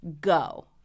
go